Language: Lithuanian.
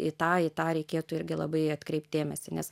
į tą į tą reikėtų irgi labai atkreipt dėmesį nes